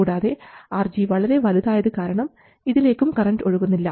കൂടാതെ RG വളരെ വലുതായത് കാരണം ഇതിലേക്കും കറൻറ് ഒഴുകുന്നില്ല